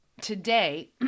today